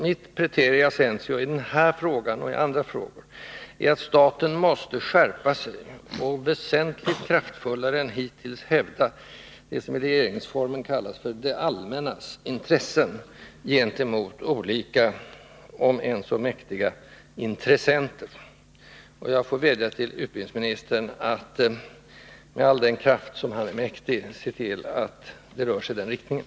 Mitt praeterea censeo i den här frågan — och i andra frågor — är att staten måste skärpa sig och väsentligt kraftfullare än hittills hävda det som i regeringsformen kallas för det allmännas intressen gentemot olika, om än så mäktiga, intressenter. Jag får vädja till utbildningsministern att med all den kraft som han besitter se till att det rör sig i den riktningen.